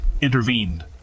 intervened